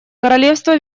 королевства